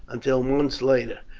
until months later.